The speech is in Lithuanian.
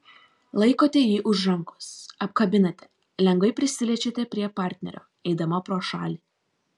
laikote jį už rankos apkabinate lengvai prisiliečiate prie partnerio eidama pro šalį